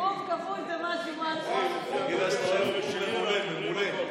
הוא אוהב זיתים, הוא לא אוהב כרוב.